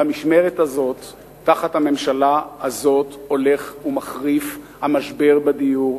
במשמרת הזאת תחת הממשלה הזאת הולך ומחריף המשבר בדיור,